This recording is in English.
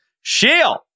Shield